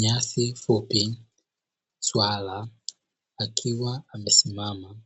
Nyasi fupi swala, akiwa amesimama